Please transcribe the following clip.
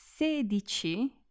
sedici